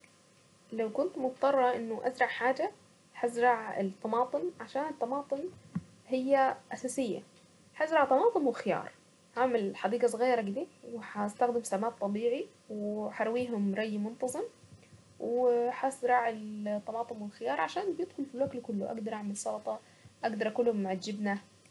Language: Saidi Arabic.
لو كنت مضطرة انه ازرع حاجة هزرع الطماطم، عشان الطماطم هي اساسية. هزرع طماطم وخيار هعمل حديقة صغيرة كده، وهستخدم سماد طبيعي، وهرويهم ري منتظم، وهزرع الطماطم والخيار عشان بيدخل في الاكل كله، اقدر اعمل سلطة، اقدر اكلهم مع الجبنة.